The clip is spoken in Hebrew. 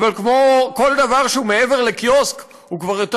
אבל כל דבר שהוא מעבר לקיוסק הוא כבר יותר